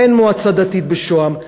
אין מועצה דתית בשוהם.